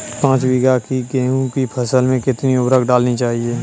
पाँच बीघा की गेहूँ की फसल में कितनी उर्वरक डालनी चाहिए?